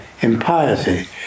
impiety